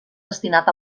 destinat